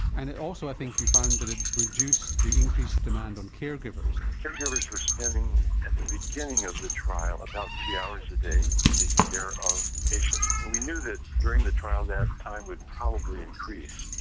and also i think you found that it reduced the increased demand on caregivers. caregivers were spending at the beginning of the trial about three hours a day taking care of patients, and we knew that during the trial that time would probably increase.